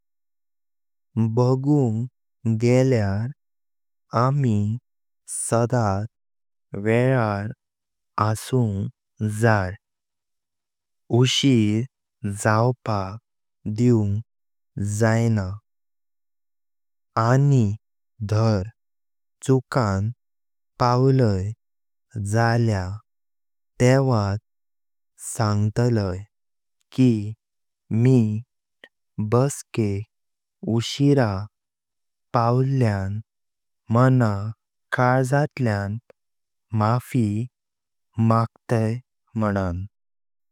बगुंग गेल्यार आमी सदात वेलार असुंग जाई, उशीर जावपाक दिवंग जायना। आनी धार चुकां पावलय जल्या तेवत संगतलय कि मी बसकेक उर्शिर पावल्यां मनाकाल्जातल्यां माफी मागतई मनां।